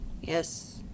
Yes